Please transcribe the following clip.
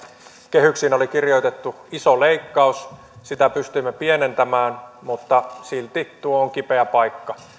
kehyksiin oli kirjoitettu iso leikkaus sitä pystyimme pienentämään mutta silti tuo on kipeä paikka